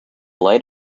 light